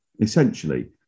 essentially